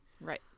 Right